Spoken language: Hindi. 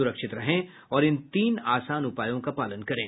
सुरक्षित रहें और इन तीन आसान उपायों का पालन करें